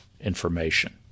information